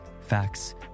Facts